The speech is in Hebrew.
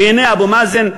והנה, אבו מאזן,